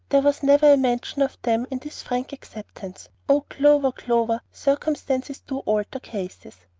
there was never a mention of them in this frank acceptance. oh, clover, clover, circumstances do alter cases!